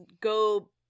go